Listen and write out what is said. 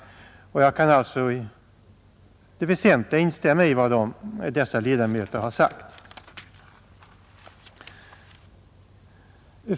Jag kan alltså i det väsentliga instämma i vad dessa ledamöter har sagt.